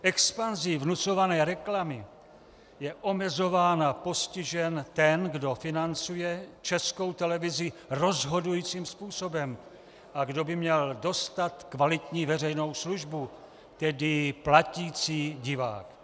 Expanzí vnucované reklamy je omezován a postižen ten, kdo financuje Českou televizi rozhodujícím způsobem a kdo by měl dostat kvalitní veřejnou službu, tedy platící divák.